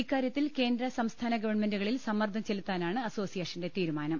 ഇക്കാര്യത്തിൽ കേന്ദ്ര സംസ്ഥാന ഗവൺമെന്റുകളിൽ സമ്മർദ്ദം ചെലുത്താനാണ് അസോസിയേഷന്റെ തീരു മാനം